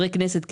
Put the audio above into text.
כחברי כנסת,